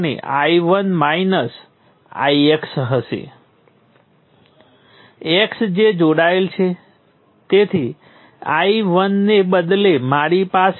અને આપણને વોલ્ટેજ સ્ત્રોતમાં અજ્ઞાત કરંટ ની કોઈ સમસ્યા નથી કારણ કે વોલ્ટેજ સ્ત્રોતમાં અજ્ઞાત કરંટ નોડ 1 થી નોડ 2 તરફ જાય છે તે નોડ 1 માટેનાં સમીકરણમાં વત્તાની નિશાની અને નોડ 2 માટેનાં સમીકરણમાં ઓછાંની નિશાની સાથે દેખાય છે